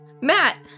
Matt